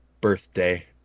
birthday